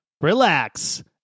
relax